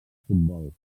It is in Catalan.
futbol